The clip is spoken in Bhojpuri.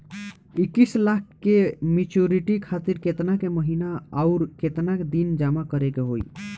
इक्कीस लाख के मचुरिती खातिर केतना के महीना आउरकेतना दिन जमा करे के होई?